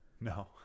No